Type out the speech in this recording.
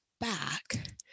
back